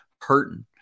hurting